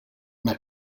una